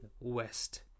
West